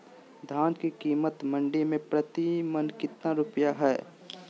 धान के कीमत मंडी में प्रति मन कितना रुपया हाय?